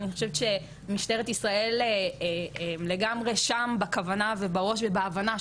אני חושבת שמשטרת ישראל לגמרי שם בכוונה ובראש ובהבנה,